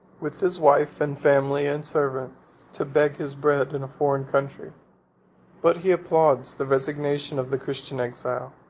with his wife and family, and servants, to beg his bread in a foreign country but he applauds the resignation of the christian exile,